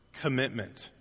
commitment